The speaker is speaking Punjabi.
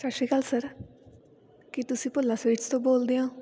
ਸਤਿ ਸ਼੍ਰੀ ਅਕਾਲ ਸਰ ਕੀ ਤੁਸੀਂ ਭੱਲਾ ਸਵੀਟਸ ਤੋਂ ਬੋਲਦੇ ਹੋ